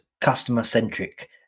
customer-centric